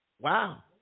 Wow